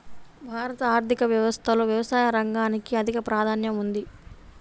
భారత ఆర్థిక వ్యవస్థలో వ్యవసాయ రంగానికి అధిక ప్రాధాన్యం ఉంది